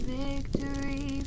victory